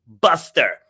buster